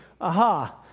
aha